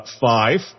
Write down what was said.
five